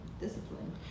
discipline